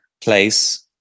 place